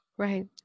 Right